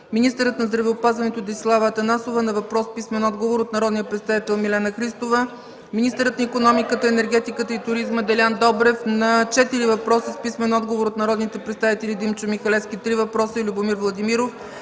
министърът на здравеопазването Десислава Атанасова – на въпрос с писмен отговор от народния представител Милена Христова; - министърът на икономиката, енергетиката и туризма Делян Добрев – на четири въпроса с писмен отговор от народните представители Димчо Михалевски – три въпроса, и Любомир Владимиров.